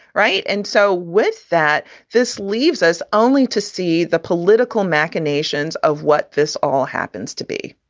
right. and so with that, this leaves us only to see the political machinations of what this all happens to be.